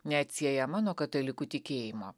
neatsiejama nuo katalikų tikėjimo